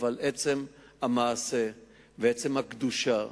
אבל עצם המעשה ועצם הקדושה,